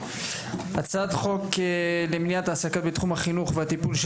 הצעת חוק למניעת העסקה בתחום החינוך והטיפול של